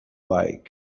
like